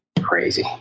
Crazy